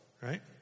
right